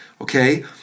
Okay